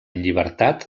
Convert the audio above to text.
llibertat